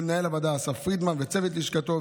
למנהל הוועדה אסף פרידמן וצוות לשכתו,